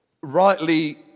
rightly